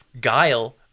Guile